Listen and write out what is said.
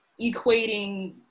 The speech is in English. equating